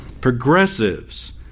Progressives